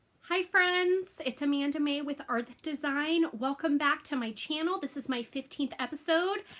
hi friends it's amanda mae with ardith design. welcome back to my channel this is my fifteenth episode.